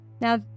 Now